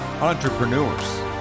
entrepreneurs